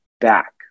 back